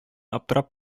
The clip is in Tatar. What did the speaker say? аптырап